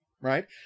right